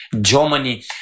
Germany